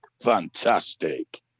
fantastic